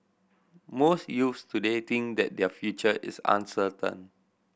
most youths today think that their future is uncertain